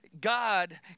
God